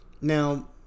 Now